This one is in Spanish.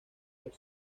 los